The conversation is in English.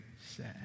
sad